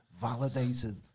validated